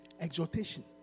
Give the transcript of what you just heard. exhortation